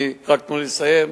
רק תנו לי לסיים,